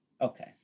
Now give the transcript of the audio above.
Okay